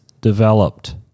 developed